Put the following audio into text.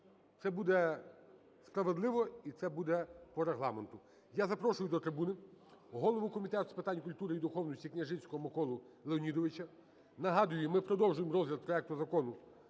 Це буде справедливо, і це буде по Регламенту. Я запрошую до трибуни голову Комітету з питань культури і духовності Княжицького Миколу Леонідовича. Нагадую, ми продовжуємо розгляд проект Закону